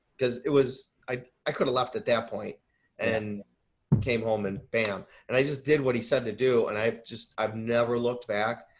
cause it was, i i could have left at that point and came home and bam! and i just did what he said to do and i've just, i've never looked back.